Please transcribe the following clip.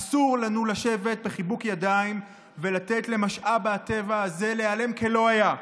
אסור לנו לשבת בחיבוק ידיים ולתת למשאב הטבע הזה להיעלם כלא היה.